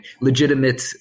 legitimate